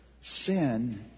Sin